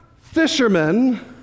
fishermen